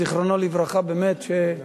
זיכרונו לברכה, תודה.